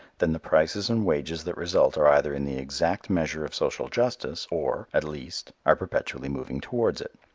then the prices and wages that result are either in the exact measure of social justice or, at least, are perpetually moving towards it.